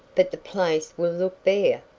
but the place will look bare,